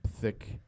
thick